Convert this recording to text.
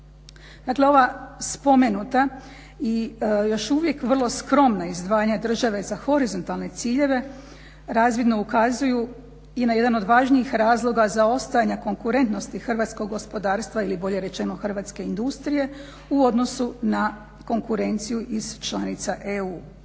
ova spomenuta i još uvijek vrlo skromna izdvajanja države za horizontalne ciljeve razvidno ukazuju i na jedan od važnijih razloga zaostajanja konkurentnosti hrvatskog gospodarstva ili bolje rečeno hrvatske industrije u odnosu na konkurenciju iz članica EU.